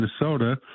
Minnesota